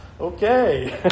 okay